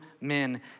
men